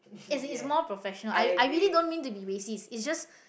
as in it's more professional I I really don't mean to be racist is just